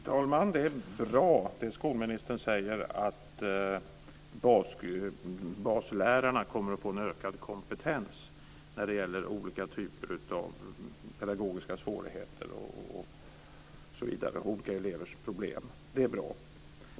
Fru talman! Det är bra, det som skolministern säger om att baslärarna kommer att få en ökad kompetens när det gäller olika typer av pedagogiska svårigheter, olika elevers problem osv. Det är bra.